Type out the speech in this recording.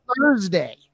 Thursday